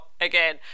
again